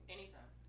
Anytime